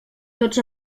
tots